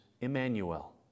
Emmanuel